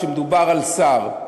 כשמדובר על שר: